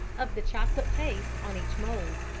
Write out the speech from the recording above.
of the chocolate paste on each mould.